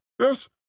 Yes